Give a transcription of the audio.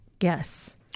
Yes